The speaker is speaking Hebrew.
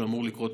שאמור לקרות,